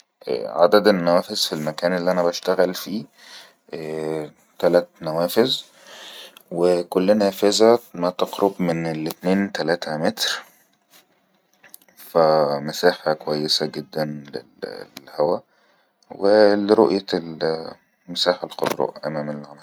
عدد النوافز في المكان اللي انا بشتغل فيه ءءء فيه تلت نوافز وكل نوافزه ما تقرب من الاتنين تلاته متر فمساحة كويسه جدن للهوا ورؤية المساحة الخضرا أمام العمل